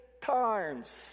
times